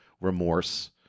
remorse